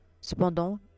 Cependant